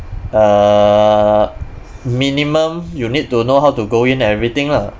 err minimum you need to know how to go in and everything lah